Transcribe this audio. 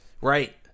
right